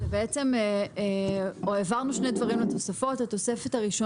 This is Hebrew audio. ולפני ההצבעה בסוף על הנוסח --- ברור.